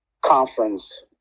conference